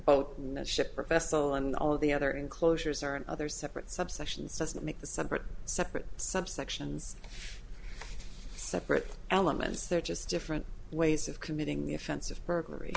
ship professor and all of the other enclosures are in other separate subsections doesn't make the separate separate subsections separate elements they're just different ways of committing the offense of burglary